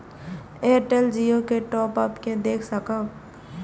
Airtel Jio के top up के देख सकब?